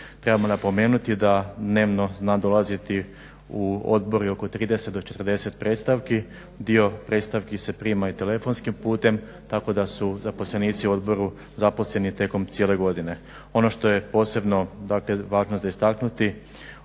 Trebamo napomenuti da dnevno zna dolaziti u Odbor i oko 30 do 40 predstavki. Dio predstavki se prima i telefonskim putem tako da su zaposlenici u Odboru zaposleni tijekom cijele godine. Ono što je posebno, dakle važno za istaknuti